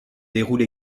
déroule